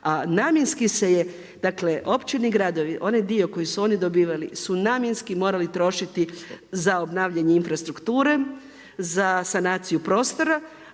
namjenski se je, dakle općine i gradovi, onaj dio koji su oni dobivali su namjenski morali trošiti za obnavljanje infrastrukture, za sanaciju prostora